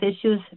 issues